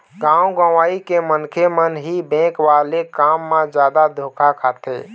गाँव गंवई के मनखे मन ह ही बेंक वाले काम म जादा धोखा खाथे